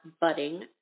budding